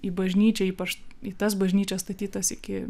į bažnyčią ypač į tas bažnyčias statytas iki